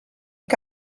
que